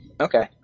Okay